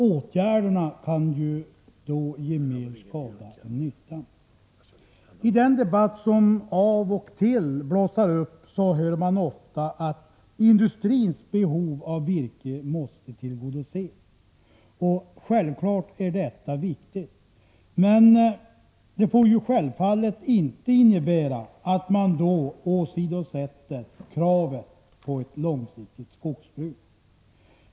Åtgärderna kan då göra mer skada än nytta. I den debatt som av och till blossar upp hör man ofta att industrins behov av virke måste tillgodoses. Detta är självfallet viktigt, men det får naturligtvis inte innebära att man då åsidosätter kravet på ett långsiktigt skogsbruk.